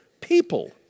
people